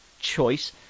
choice